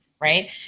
right